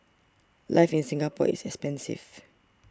life in Singapore is expensive